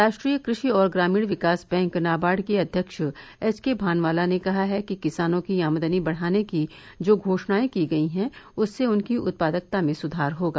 राष्ट्रीय कृषि और ग्रामीण विकास बैंक नाबार्ड के अध्यक्ष एच के भानवाला ने कहा है कि किसानों की आमदनी बढाने की जो घोषणाए की गई है उससे उनकी उत्पादकता में सुधार होगा